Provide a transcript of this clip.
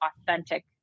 authentic